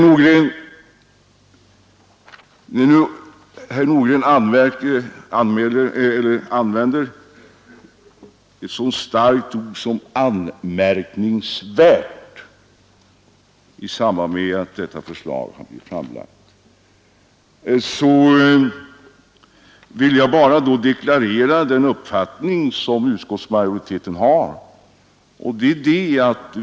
När nu herr Nordgren använder ett så starkt ord som ”anmärkningsvärt” i samband med att detta förslag blivit framlagt vill jag bara deklarera den uppfattning som utskottsmajoriteten har.